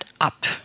up